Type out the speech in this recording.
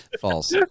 False